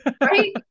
right